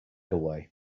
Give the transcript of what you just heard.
away